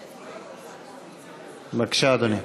בבקשה, אדוני.